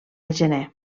gener